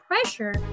pressure